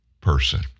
person